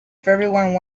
everyone